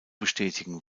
bestätigen